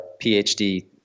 PhD